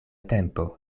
tempo